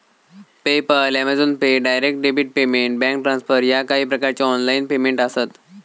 PayPal, Amazon pay, direct debit payment, bank transfer ह्या काही प्रकारचो ऑनलाइन पेमेंट आसत